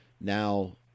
Now